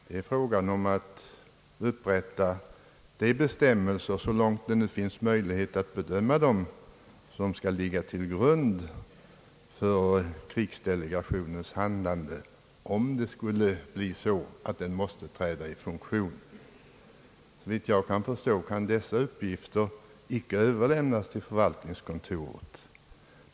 Det är frågan om att upprätta de bestämmelser — så långt det nu finns möjlighet att bedöma dem — som skall ligga till grund för krigsdelegationens handlande, om den skulle behöva träda i funktion. Såvitt jag förstår kan dessa uppgifter icke överlämnas till förvaltningskontoret.